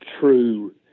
true